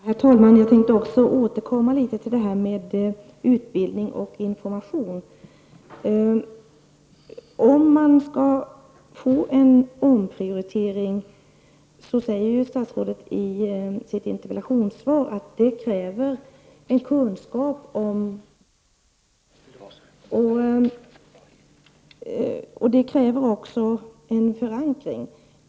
Herr talman! Jag tänkte återkomma till utbildning och information. Statsrådet säger i sitt interpellationssvar att om det skulle bli en omprioritering krävs det en kunskap om behoven. Det kräver också en förankring.